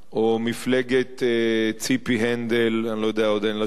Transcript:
או מפלגת ציפי הנדל, אני לא יודע, עוד אין לה שם.